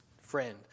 friend